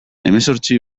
hemezortzi